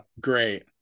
great